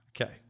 Okay